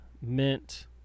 mint